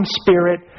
spirit